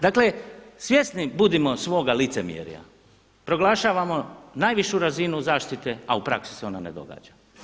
Dakle svjesni budimo svoga licemjera, proglašavamo najvišu razinu zašite a u praksi se ona ne događa.